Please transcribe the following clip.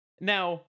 Now